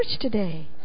today